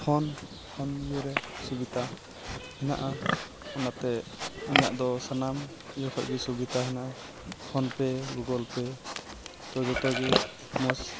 phone ᱯᱷᱚᱱᱨᱮ ᱥᱩᱵᱤᱛᱟ ᱦᱮᱱᱟᱜᱼᱟ ᱚᱱᱟᱛᱮ ᱤᱧᱟᱹᱜ ᱫᱚ ᱥᱟᱱᱟᱢ ᱤᱭᱟᱹ ᱠᱷᱚᱱᱜᱮ ᱥᱩᱵᱤᱛᱟ ᱦᱮᱱᱟᱜᱼᱟ ᱯᱷᱚᱱ ᱯᱮ ᱜᱩᱜᱩᱞ ᱯᱮ ᱛᱳ ᱡᱚᱛᱚᱜᱮ ᱢᱚᱡᱽ